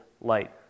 light